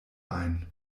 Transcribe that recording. ein